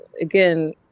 again